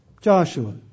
Joshua